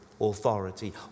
Authority